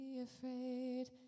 afraid